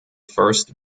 first